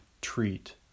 treat